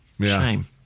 Shame